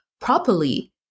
properly